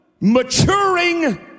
maturing